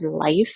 life